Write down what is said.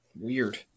Weird